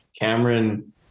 Cameron